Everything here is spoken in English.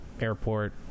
airport